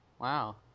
wow